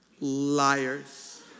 Liars